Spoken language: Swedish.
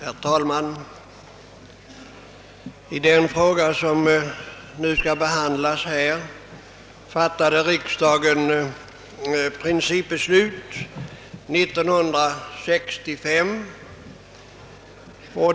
Herr talman! I den fråga som nu skall behandlas fattade riksdagen principbeslut år 1965.